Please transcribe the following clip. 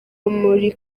muri